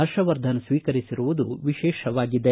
ಹರ್ಷವರ್ಧನ್ ಸ್ನೀಕರಿಸಿರುವುದು ವಿಶೇಷವಾಗಿದೆ